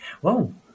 Whoa